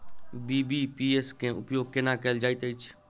BBPS केँ उपयोग केना कएल जाइत अछि?